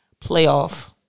playoff